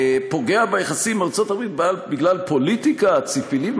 "פוגע ביחסים עם ארצות-הברית בגלל פוליטיקה" ציפי לבני.